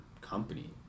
company